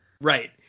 Right